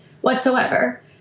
whatsoever